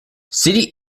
city